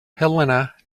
helena